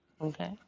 Okay